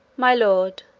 my lord,